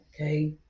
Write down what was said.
okay